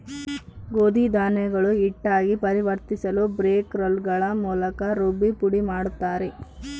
ಗೋಧಿ ಧಾನ್ಯಗಳು ಹಿಟ್ಟಾಗಿ ಪರಿವರ್ತಿಸಲುಬ್ರೇಕ್ ರೋಲ್ಗಳ ಮೂಲಕ ರುಬ್ಬಿ ಪುಡಿಮಾಡುತ್ತಾರೆ